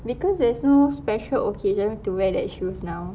because there's no special occasion to wear that shoes now